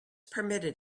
permitted